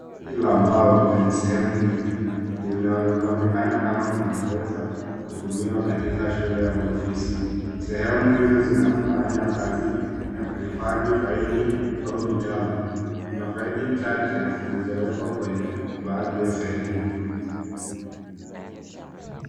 Kabati la mbao lenye sehemu nyingi, linalo onekana kama linaweza kutumiwa katika shule au ofisi, sehemu, hizo zinafanya kazi ya kuhifadhi faili au vitabu, kuna faili chache zilizowekwa kwenye baadhi ya sehemu.